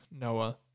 Noah